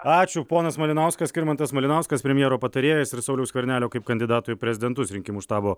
ačiū ponas malinauskas skirmantas malinauskas premjero patarėjas ir sauliaus skvernelio kaip kandidato į prezidentus rinkimų štabo